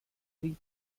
free